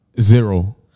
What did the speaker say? zero